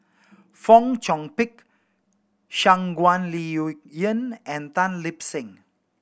Fong Chong Pik Shangguan Liuyun and Tan Lip Seng